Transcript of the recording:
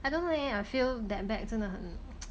I don't know leh I feel that bag 真的很